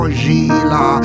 gila